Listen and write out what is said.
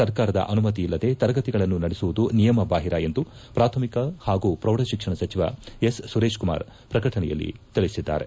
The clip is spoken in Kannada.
ಸರ್ಕಾರದ ಅನುಮತಿಯಿಲ್ಲದೇ ತರಗತಿಗಳನ್ನು ನಡೆಸುವುದು ನಿಯಮಬಾಹಿರ ಎಂದು ಪ್ರಾಥಮಿಕ ಹಾಗೂ ಪ್ರೌಢ ಶಿಕ್ಷಣ ಸಚಿವ ಎಸ್ ಸುರೇಶ್ ಕುಮಾರ್ ಪ್ರಕಟಣೆಯಲ್ಲಿ ತಿಳಿಸಿದ್ದಾರೆ